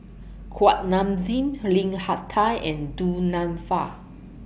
Kuak Nam Jin Lim Hak Tai and Du Nanfa